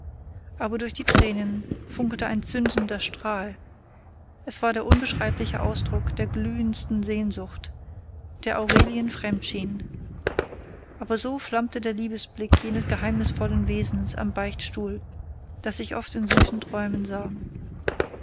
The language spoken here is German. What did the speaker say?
aber durch die tränen funkelte ein zündender strahl es war der unbeschreibliche ausdruck der glühendsten sehnsucht der aurelien fremd schien aber so flammte der liebesblick jenes geheimnisvollen wesens am beichtstuhl das ich oft in süßen träumen sah